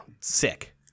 Sick